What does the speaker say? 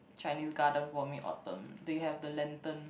Chinese Garden for Mid Autumn they have the lantern